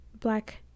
black